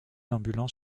ambulants